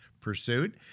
pursuit